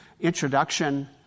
introduction